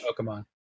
Pokemon